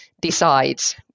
decides